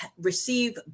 receive